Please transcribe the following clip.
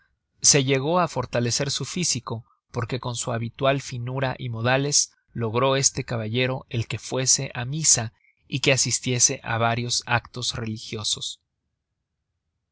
se llegó á fortalecer su físico porque con su habitual finura y modales logró este caballero el que fuese á misa y que asistiese á varios actos religiosos